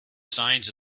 signs